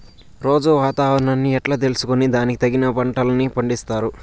రోజూ వాతావరణాన్ని ఎట్లా తెలుసుకొని దానికి తగిన పంటలని పండిస్తారు?